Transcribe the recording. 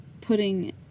putting